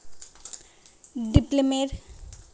ডিস্মেলে কত gram Dithane দেবো?